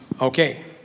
Okay